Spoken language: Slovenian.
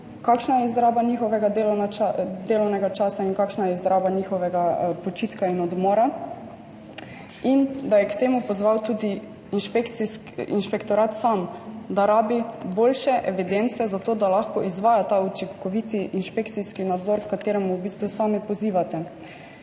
kakšna je izraba njihovega delovnega časa in kakšna je izraba njihovega počitka in odmora, in da je k temu pozval tudi inšpektorat sam, da potrebuje boljše evidence zato, da lahko izvaja učinkovit inšpekcijski nadzor, h kateremu v bistvu sami pozivate.